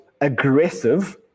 aggressive